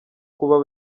kuba